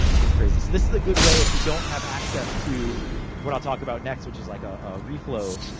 it's crazy. so, this is a good way, if you don't have access to what i'll talk about next, which is like ah a reflow,